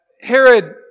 Herod